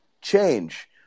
change